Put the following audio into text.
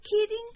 kidding